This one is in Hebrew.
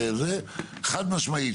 חד משמעית,